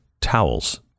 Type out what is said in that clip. towels